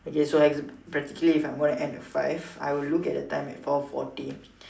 okay so I practically if I'm going to end at five I will look at the time at four forty